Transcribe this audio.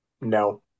No